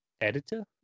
editor